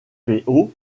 suivant